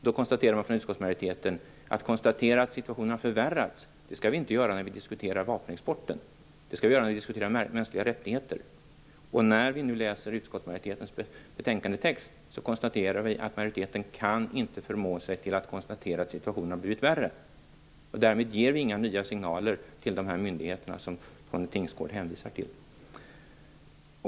Då menade utskottsmajoriteten: Vi skall inte konstatera att situationen har förvärrats när vi diskuterar vapenexporten. Det skall vi göra när vi diskuterar mänskliga rättigheter. Men när vi nu läser utskottsmajoritetens betänkandetext ser vi att majoriteten inte kan förmå sig att konstatera att situationen har blivit värre. Därmed ger vi inga nya signaler till de myndigheter som Tone Tingsgård hänvisar till.